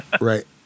Right